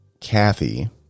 Kathy